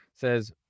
says